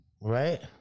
Right